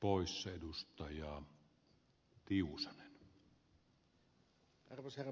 arvoisa herra puhemies